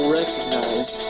recognize